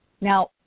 Now